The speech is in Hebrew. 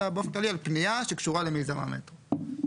אלא באופן כללי על פנייה שקשורה למיזם המטרו,